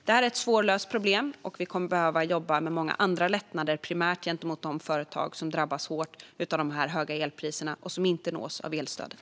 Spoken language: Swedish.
Detta är ett svårlöst problem, och vi kommer att behöva jobba med många andra lättnader primärt gentemot de företag som drabbas hårt av de höga elpriserna och som inte nås av elstödet.